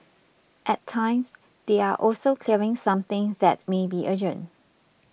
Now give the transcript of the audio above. at times they are also clearing something that may be urgent